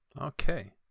Okay